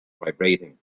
vibrating